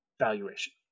valuation